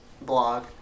blog